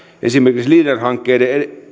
esimerkiksi leader hankkeiden